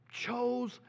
chose